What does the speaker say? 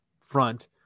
front